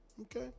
Okay